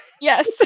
Yes